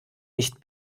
nicht